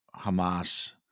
Hamas